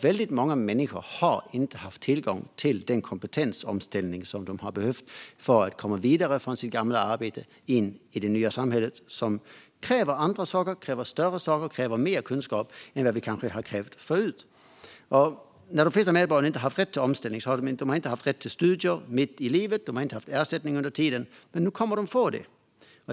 Väldigt många människor har inte haft tillgång till den kompetensomställning som de behövt för att komma vidare från sitt gamla arbete in i det nya samhället, som kräver andra saker, större saker och mer kunskap än det kanske har krävt förut. De flesta medborgare har inte haft rätt till omställning. De har inte haft rätt till studier mitt i livet. De har inte haft ersättning under tiden. Men nu kommer de att få det.